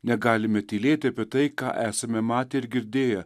negalime tylėti apie tai ką esame matę ir girdėję